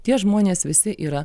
tie žmonės visi yra